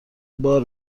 بار